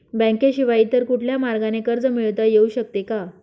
बँकेशिवाय इतर कुठल्या मार्गाने कर्ज मिळविता येऊ शकते का?